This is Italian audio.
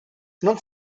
non